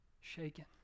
shaken